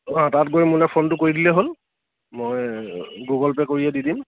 অঁ তাত গৈ মোলৈ ফোনটো কৰি দিলেই হ'ল মই গুগল পে' কৰিয়ে দি দিম